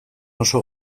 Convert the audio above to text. oso